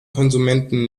konsumenten